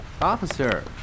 Officer